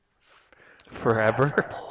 forever